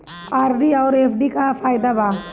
RD आउर FD के का फायदा बा?